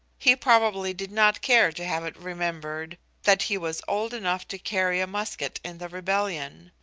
he probably did not care to have it remembered that he was old enough to carry a musket in the rebellion.